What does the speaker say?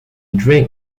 drink